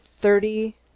thirty